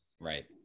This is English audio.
right